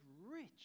rich